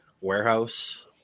warehouse